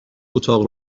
اتاق